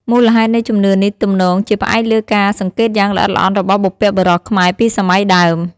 មូលហេតុនៃជំនឿនេះទំនងជាផ្អែកលើការសង្កេតយ៉ាងល្អិតល្អន់របស់បុព្វបុរសខ្មែរពីសម័យដើម។